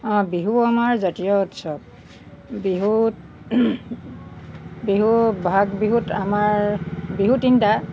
অঁ বিহু আমাৰ জাতীয় উৎসৱ বিহুত বিহু বহাগ বিহুত আমাৰ বিহু তিনিটা